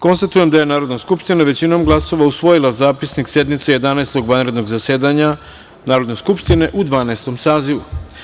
Konstatujem da je Narodna skupština, većinom glasova, usvojila Zapisnik sednice Jedanaestog vanrednog zasedanja Narodne skupštine u Dvanaestom sazivu.